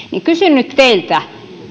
kysyn nyt teiltä